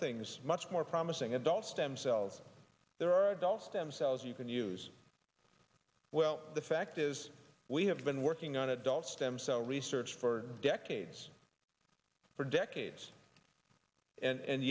things much more promising adult stem cells there are adult stem cells you can use well the fact is we have been working on adult stem cell research for decades for decades and